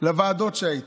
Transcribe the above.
לוועדות שהייתי,